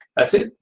that's it.